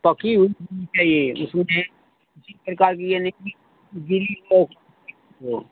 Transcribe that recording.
पकी हुई होनी चाहिए जो है किसी प्रकार की ये नहीं की गीली हो हो